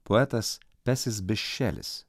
poetas pesis bišelis